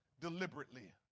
deliberately